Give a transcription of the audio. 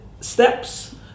steps